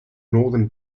northern